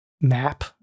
map